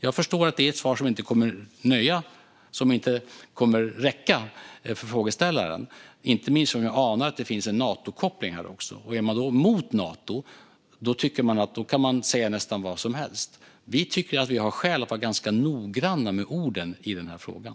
Jag förstår att det är ett svar som inte kommer att räcka för frågeställaren, inte minst eftersom jag anar att det också finns en Natokoppling här. Om man är emot Nato tycker man att man kan säga nästan vad som helst. Vi tycker att vi har skäl att vara ganska noggranna med orden i den frågan.